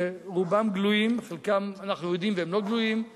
שרובם גלויים ואת חלקם אנחנו יודעים והם לא גלויים,